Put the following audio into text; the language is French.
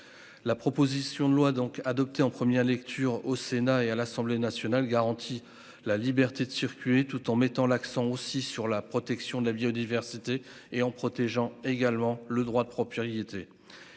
La proposition de loi donc adopté en première lecture au Sénat et à l'Assemblée nationale garantit la liberté de circuler tout en mettant l'accent aussi sur la protection de la biodiversité et en protégeant également le droit de propriété.